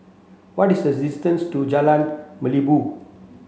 what is the distance to Jalan Merlimau